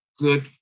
good